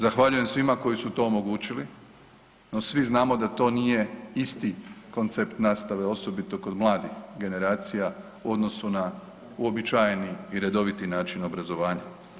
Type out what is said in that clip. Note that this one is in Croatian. Zahvaljujem svima koji su to omogućili, no svi znamo da to nije isti koncept nastave osobito kod mladih generacija u odnosu na uobičajeni i redoviti način obrazovanja.